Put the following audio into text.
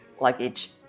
luggage